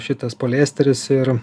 šitas poliesteris ir